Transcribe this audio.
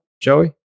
Joey